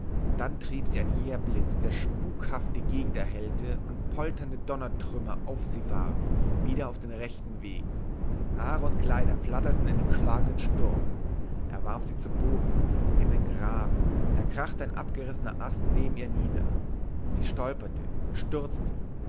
dann trieb sie ein jäher blitz der spukhaft die gegend erhellte und polternde donnertrümmer auf sie warf wieder auf den rechten weg haare und kleider flatterten in dem schlagenden sturm er warf sie zu boden in den graben da krachte ein abgerissener ast neben ihr nieder sie stolperte stürzte